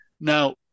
Now